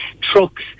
trucks